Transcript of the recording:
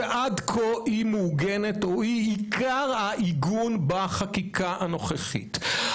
שעד כה היא מעוגנת או שהיא עיקר העיגון בחקיקה הנוכחית.